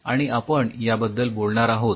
आणि आपण याबद्दल बोलणार आहोत